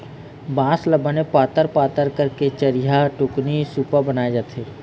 बांस ल बने पातर पातर करके चरिहा, टुकनी, सुपा बनाए जाथे